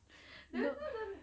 no